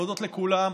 להודות לכולם,